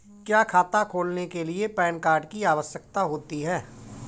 क्या खाता खोलने के लिए पैन कार्ड की आवश्यकता होती है?